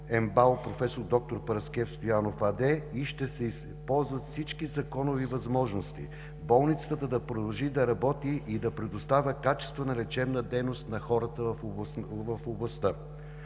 МБАЛ „Професор д-р Параскев Стоянов“ АД и ще се използват всички законови възможности, болницата да продължи да работи и да предоставя качествена лечебна дейност на хората в областта.